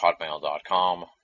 hotmail.com